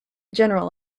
general